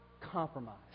compromise